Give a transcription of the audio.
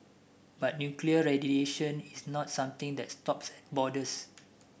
but nuclear radiation is not something that stops borders